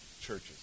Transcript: churches